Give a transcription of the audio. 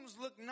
look